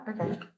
okay